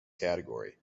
category